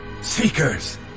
Seekers